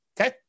Okay